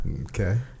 okay